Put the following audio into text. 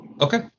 okay